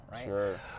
Sure